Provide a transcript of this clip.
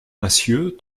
massieux